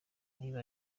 niba